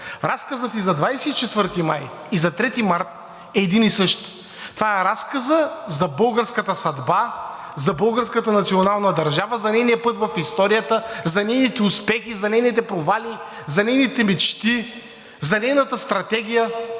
разказът и за 24 май, и за 3 март е един и същ. Това е разказът за българската съдба, за българската национална държава, за нейния път в историята, за нейните успехи, за нейните провали, за нейните мечти, за нейната стратегия.